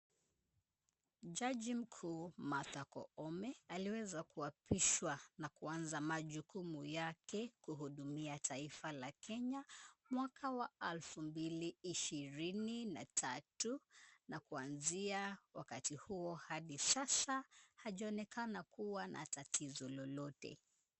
Jaji mkuu Martha Koome aliweza kuapishwa na kuanza majukumu yake kuhudumia taifa la Kenya, mwaka wa elfu mbili ishirini na tatu na kuanzia wakati huo hadi sasa hajaonekana kuwa na tatizo lolote.